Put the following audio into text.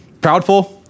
proudful